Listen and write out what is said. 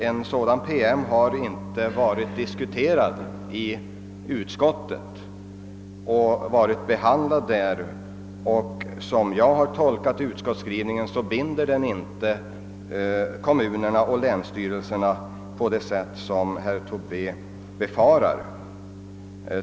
Någon sådan promemoria har inte diskuterats eller behandlats i utskottet. Enligt min tolkning av utskottets skrivning binder inte denna kommunerna och länsstyrelserna på det sätt som herr Tobé befarar.